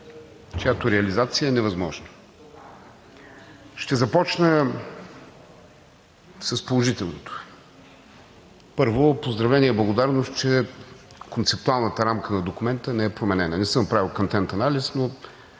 чиято реализация е невъзможна. Ще започна с положителното. Първо, поздравления и благодарност, че концептуалната рамка на документа не е променена. Не съм правил content analysis, но